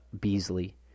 Beasley